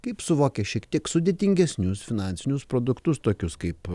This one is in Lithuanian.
kaip suvokia šiek tiek sudėtingesnius finansinius produktus tokius kaip